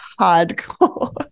hardcore